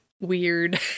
weird